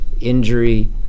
injury